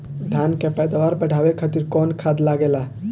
धान के पैदावार बढ़ावे खातिर कौन खाद लागेला?